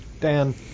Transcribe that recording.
Dan